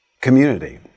community